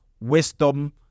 wisdom